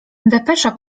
depesza